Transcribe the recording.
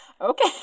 okay